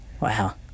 Wow